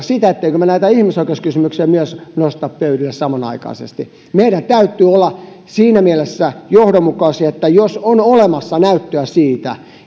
sitä ettemmekö me näitä ihmisoikeuskysymyksiä myös nosta pöydälle samanaikaisesti meidän täytyy olla siinä mielessä johdonmukaisia että jos on olemassa näyttöä siitä